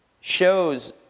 shows